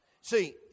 See